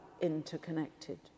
interconnected